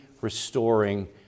restoring